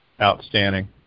Outstanding